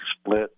split